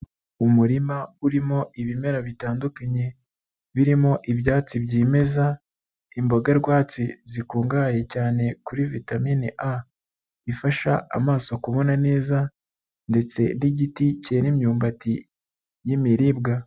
Umurima urimo ibimera bitandukanye, birimo ibyatsi byimeza, imboga rwatsi zikungahaye cyane kuri vitamine A. Ifasha amaso kubona neza ndetse n'igiti cyera imyumbati y'imibiribwa.